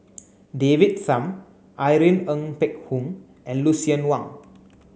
David Tham Irene Ng Phek Hoong and Lucien Wang